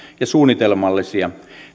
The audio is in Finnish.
ja suunnitelmallisia